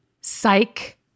Psych